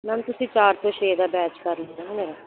ma'am ਤੁਸੀਂ ਚਾਰ ਤੋਂ ਛੇ ਦਾ ਬੈਚ ਕਰ ਦਓਗੇ ਮੇਰਾ